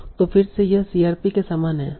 तो फिर से यह CRP के समान है